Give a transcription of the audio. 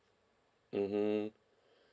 mmhmm